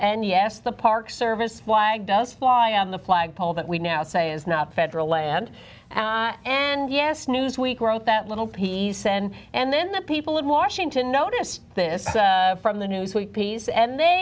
yes the park service why does fly on the flagpole that we now say is not federal land and yes newsweek wrote that little piece and and then the people in washington noticed this from the newsweek piece and they